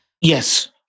Yes